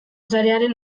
sarearen